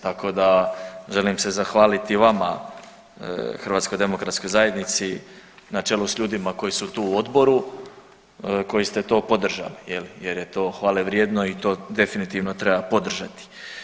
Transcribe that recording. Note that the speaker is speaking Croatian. Tako da želim se zahvaliti vama HDZ-u na čelu s ljudima koji su tu u odboru koji ste to podržali je li jer je to hvale vrijedno i to definitivno treba podržati.